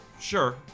sure